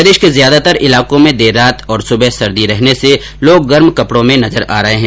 प्रदेश के ज्यादातर इलाकों में देर रात और सुबह सर्दी रहने से लोग गर्म कपड़ों में नजर आ रहे हैं